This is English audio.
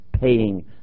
paying